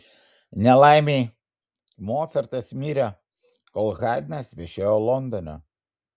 nelaimei mocartas mirė kol haidnas viešėjo londone